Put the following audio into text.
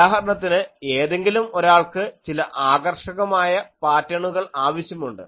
ഉദാഹരണത്തിന് ഏതെങ്കിലും ഒരാൾക്ക് ചില ആകർഷകമായ പാറ്റേണുകൾ ആവശ്യമുണ്ട്